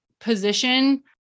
position